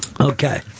Okay